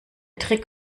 trick